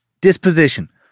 disposition